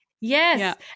Yes